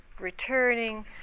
returning